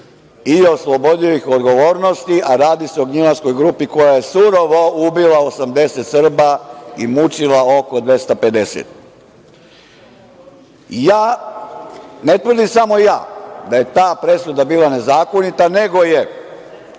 i oslobodio ih odgovornosti, a radi se o „gnjilanskoj grupi“ koja je surovo ubila oko 80 Srba i mučila oko 250.Ne tvrdim samo ja da je ta presuda bila nezakonita, nego je